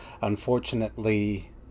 Unfortunately